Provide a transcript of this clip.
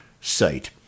site